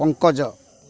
Pankaj